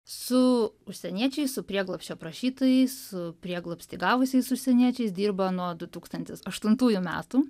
su užsieniečiais su prieglobsčio prašytojais su prieglobstį gavusiais užsieniečiais dirba nuo du tūkstančiai aštuntųjų metų